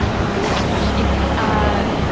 good ques, it's, ah,